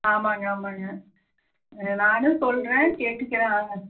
ஆமாம்ங்க ஆமாம்ங்க ஆ நானும் சொல்கிறேன்